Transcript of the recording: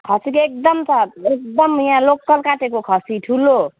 खसीको एकदम छ एकदम यहाँ लोकल काटेको खसी ठुलो